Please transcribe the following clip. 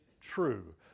true